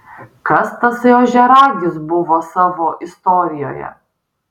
kas tasai ožiaragis buvo savo istorijoje